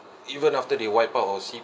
even after they wipe out our C_P_F